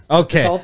okay